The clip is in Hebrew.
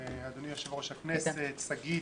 אדוני יושב-ראש הכנסת, שגית,